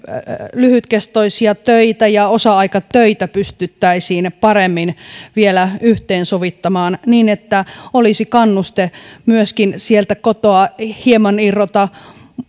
lyhytkestoisia töitä ja osa aikatöitä pystyttäisiin vielä paremmin yhteensovittamaan niin että olisi kannuste myöskin sieltä kotoa hieman irrota